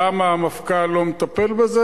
למה המפכ"ל לא מטפל בזה?